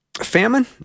famine